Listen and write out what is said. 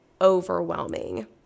overwhelming